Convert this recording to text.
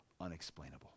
unexplainable